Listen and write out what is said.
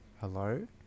Hello